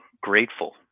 grateful